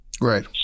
Right